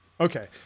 Okay